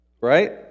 right